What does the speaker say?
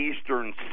eastern